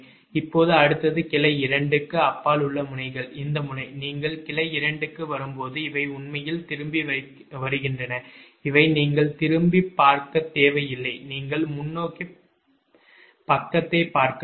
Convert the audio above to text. இப்போது அடுத்தது கிளை 2 க்கு அப்பால் உள்ள முனைகள் இந்த முனை நீங்கள் கிளை 2 க்கு வரும்போது இவை உண்மையில் திரும்பி வருகின்றன இவை நீங்கள் திரும்பிப் பார்க்கத் தேவையில்லை நீங்கள் முன்னோக்கிப் பக்கத்தைப் பார்க்க வேண்டும்